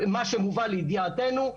מה שמובא לידיעתנו,